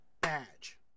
badge